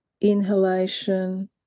inhalation